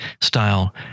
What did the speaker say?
style